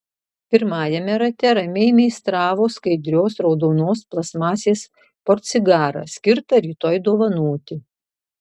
pirmajame rate ramiai meistravo skaidrios raudonos plastmasės portsigarą skirtą rytoj dovanoti